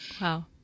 Wow